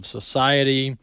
society